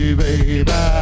baby